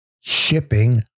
shipping